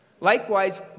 Likewise